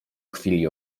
chwili